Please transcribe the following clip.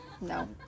No